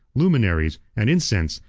luminaries, and incense,